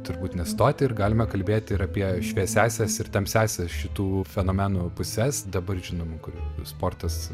turbūt nestoti ir galime kalbėti ir apie šviesiąsias ir tamsiąsias šitų fenomenų puses dabar žinom kur sportas